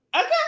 Okay